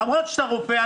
למרות שאתה רופא,